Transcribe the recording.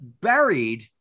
buried